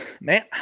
man